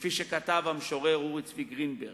כפי שכתב המשורר אורי צבי גרינברג: